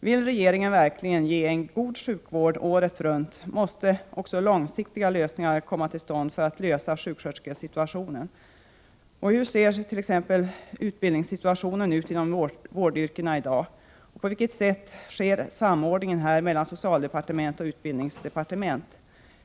Vill regeringen verkligen ge en god sjukvård året runt måste också långsiktiga lösningar komma till stånd när det gäller sjuksköterskesituationen. Hurdan är t.ex. utbildningssituationen inom vårdyrkena i dag? På vilket sätt sker samordningen mellan socialdepartement och utbildningsdepartement?